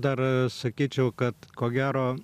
dar sakyčiau kad ko gero